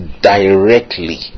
directly